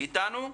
את איתנו?